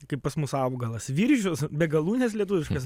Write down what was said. kaip pas mus augalas viržius be galūnės lietuviškos